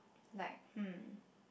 like hmm